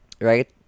right